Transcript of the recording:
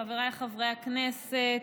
חבריי חברי הכנסת,